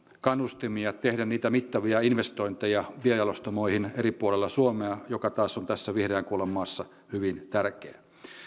kannustimia tehdä niitä mittavia investointeja biojalostamoihin eri puolilla suomea mikä taas on tässä vihreän kullan maassa hyvin tärkeää